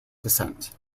descent